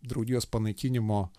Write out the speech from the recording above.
draugijos panaikinimo